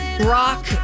rock